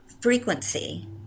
frequency